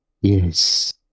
Yes